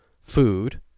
food